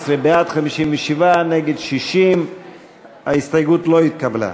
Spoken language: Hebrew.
19: בעד 57, נגד, 60. ההסתייגות לא התקבלה.